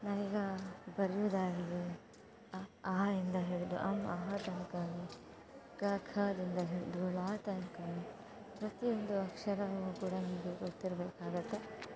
ನಾವೀಗ ಬರೆಯುದಾಗ್ಲಿ ಅ ಆ ಇಂದ ಹಿಡಿದು ಅಂ ಅಃ ತನ್ಕವು ಕ ಖ ದಿಂದ ಹಿಡಿದು ಳ ತನ್ಕವು ಪ್ರತಿಯೊಂದು ಅಕ್ಷರವು ಕೂಡ ನಮಗೆ ಗೊತ್ತಿರಬೇಕಾಗುತ್ತೆ